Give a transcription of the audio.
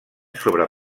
sobre